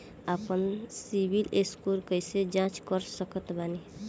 आपन सीबील स्कोर कैसे जांच सकत बानी?